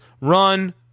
run